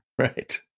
right